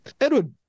Edward